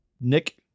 Nick